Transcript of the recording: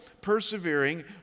persevering